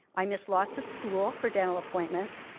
i missed lots of school for dental appointments.